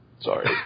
sorry